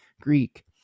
Greek